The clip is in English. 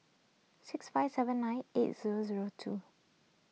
six five seven nine eight zero zero two